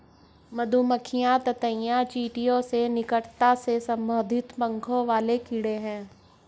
मधुमक्खियां ततैया और चींटियों से निकटता से संबंधित पंखों वाले कीड़े हैं